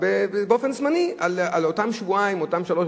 שעוזבות את הבית שלהן